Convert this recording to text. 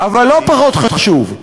אבל לא פחות חשוב,